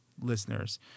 listeners